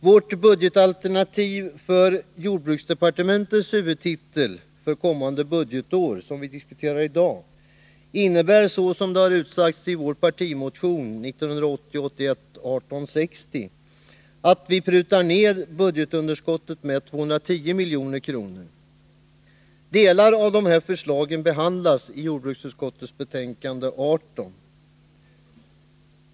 Vårt budgetalternativ för jordbruksdepartementets huvudtitel kommande budgetår, som vi diskuterar i dag, innebär, såsom det utsagts i vår partimotion 1980/81:1860, att vi prutar ned budgetunderskottet med 210 milj.kr. Delar av dessa förslag behandlas i jordbruksutskottets betänkande 18.